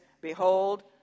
behold